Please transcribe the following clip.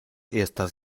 estas